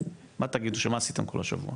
מה תגידו, שמה עשיתם כל השבוע?